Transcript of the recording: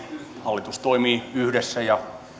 hallitus toimii yhdessä ja